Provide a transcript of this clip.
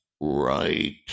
right